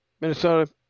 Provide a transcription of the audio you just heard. Minnesota